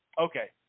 okay